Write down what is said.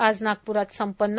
आज नागप्रात संपन्न